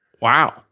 Wow